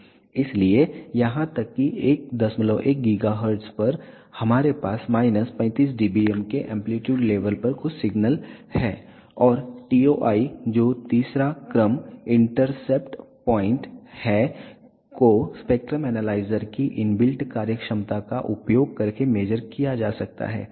इसलिए यहां तक कि 11 GHz पर हमारे पास माइनस 35 dBm के एंप्लीट्यूड लेवल पर कुछ सिग्नल हैं और TOI जो तीसरा क्रम इंटरसेप्ट पॉइंट है को स्पेक्ट्रम एनालाइजर की इनबिल्ट कार्यक्षमता का उपयोग करके मेज़र किया जा सकता है